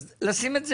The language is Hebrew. אז לשים את זה.